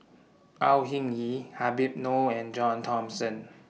Au Hing Yee Habib Noh and John Thomson